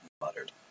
muttered